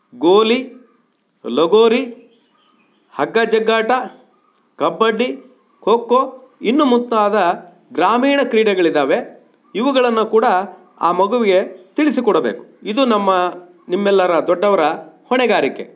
ಗೋಲಿ ಲಗೋರಿ ಹಗ್ಗಜಗ್ಗಾಟ ಕಬಡ್ಡಿ ಖೊ ಖೋ ಇನ್ನೂ ಮುಂತಾದ ಗ್ರಾಮೀಣ ಕ್ರೀಡೆಗಳಿದ್ದಾವೆ ಇವುಗಳನ್ನು ಕೂಡ ಆ ಮಗುವಿಗೆ ತಿಳಿಸಿಕೊಡಬೇಕು ಇದು ನಮ್ಮ ನಿಮ್ಮೆಲ್ಲರ ದೊಡ್ಡವರ ಹೊಣೆಗಾರಿಕೆ